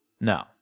No